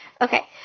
Okay